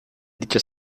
dichas